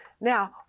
Now